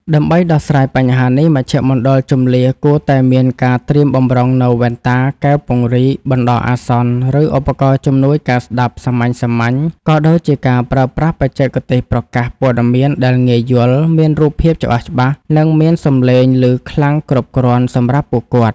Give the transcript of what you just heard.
ដើម្បីដោះស្រាយបញ្ហានេះ មជ្ឈមណ្ឌលជម្លៀសគួរតែមានការត្រៀមបម្រុងនូវវ៉ែនតា កែវពង្រីកបណ្ដោះអាសន្ន ឬឧបករណ៍ជំនួយការស្ដាប់សាមញ្ញៗ ក៏ដូចជាការប្រើប្រាស់បច្ចេកទេសប្រកាសព័ត៌មានដែលងាយយល់ មានរូបភាពច្បាស់ៗ និងមានសម្លេងឮខ្លាំងគ្រប់គ្រាន់សម្រាប់ពួកគាត់។